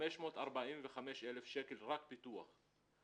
545,000 שקל רק פיתוח.